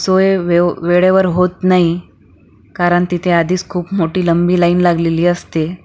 सोय वे वेळेवर होत नाही कारण तिथे आधीच खूप मोठी लंबी लाईन लागलेली असते